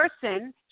person